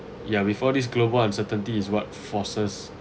ya before this global uncertainty is what forces